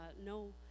no